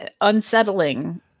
unsettling